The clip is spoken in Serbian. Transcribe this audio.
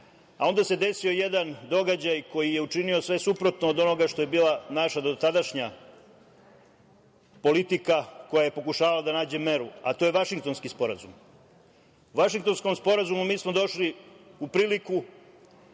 onda se desio jedan događaj koji je učinio sve suprotno od onoga što je bila naša dotadašnja politika koja je pokušavala da nađe meru, a to je Vašingtonski sporazum. U Vašingtonskom sporazumu mi smo došli u priliku